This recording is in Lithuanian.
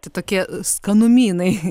tai tokie skanumynai